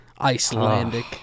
Icelandic